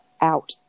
out